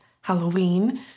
Halloween